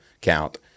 count